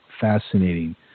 fascinating